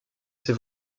ses